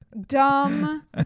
dumb